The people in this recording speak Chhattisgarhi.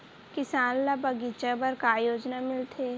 किसान ल बगीचा बर का योजना मिलथे?